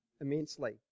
immensely